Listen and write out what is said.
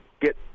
get